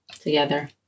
together